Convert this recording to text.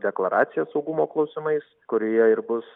deklaracija saugumo klausimais kurioje ir bus